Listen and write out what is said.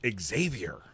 Xavier